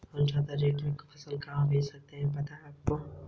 मैं अपना KYC online कैसे अपडेट करूँ?